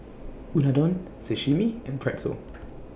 Unadon Sashimi and Pretzel